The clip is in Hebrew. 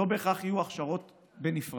לא בהכרח יהיו הכשרות בנפרד.